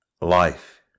Life